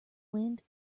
wind